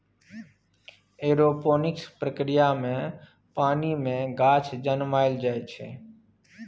aeroponics प्रक्रिया मे पानि मे गाछ जनमाएल जाइ छै